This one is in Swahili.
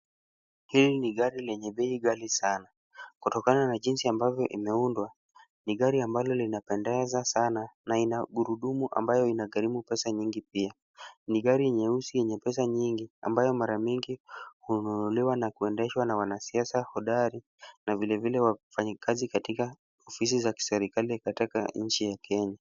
Hili ni gari lenye bei ghali sana, kutokana na jinsi ambavyo imeundwa ni gari ambalo linapendeza sana na ina gurudumu ambayo inagharimu pesa nyingi pia ,ni gari nyeusi yenye pesa mingi ambayo mara mingi ununuliwa na kuendeshwa na wanasiasia hodari na vilevile wafanyikazi katika ofisi za kiserikali katika nchi ya Kenya .